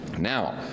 Now